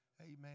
Amen